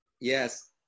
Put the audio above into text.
Yes